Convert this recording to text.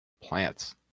Plants